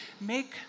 make